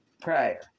prayer